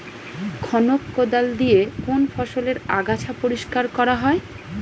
খনক কোদাল দিয়ে কোন ফসলের আগাছা পরিষ্কার করা হয়?